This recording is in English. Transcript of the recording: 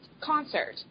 concert